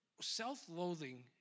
self-loathing